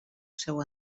seu